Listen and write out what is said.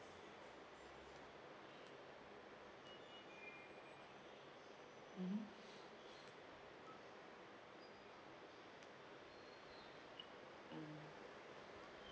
mmhmm mm